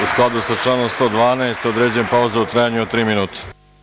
U skladu sa članom 112, određujem pauzu u trajanju od tri minuta.